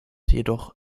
jedoch